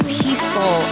peaceful